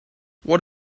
what